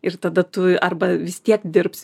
ir tada tu arba vis tiek dirbs